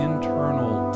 internal